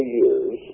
years